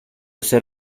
ser